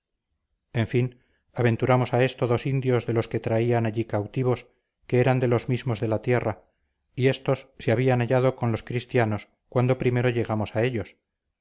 en fin aventuramos a esto dos indios de los que traían allí cautivos que eran de los mismos de la tierra y éstos se habían hallado con los cristianos cuando primero llegamos a ellos